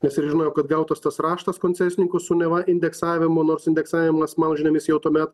nes ir žinojau kad gautas tas raštas koncesininkų su neva indeksavimu nors indeksavimas mano žiniomis jau tuomet